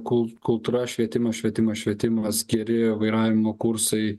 kul kultūra švietimas švietimas švietimas geri vairavimo kursai